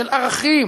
של ערכים,